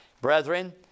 Brethren